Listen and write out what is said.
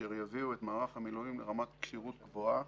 אשר יביאו את מערך המילואים לרמת כשירות גבוהה